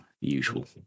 usual